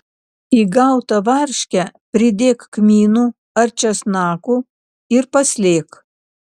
į gautą varškę pridėk kmynų ar česnakų ir paslėk